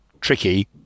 tricky